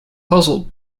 puzzled